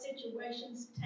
situations